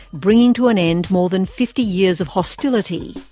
bringing to an end more than fifty years of hostility.